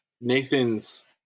Nathan's